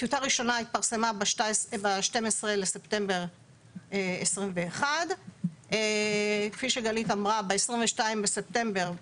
טיוטה ראשונה התפרסמה ב-12 בספטמבר 2021. כפי שגלית אמרה ב-22 בספטמבר,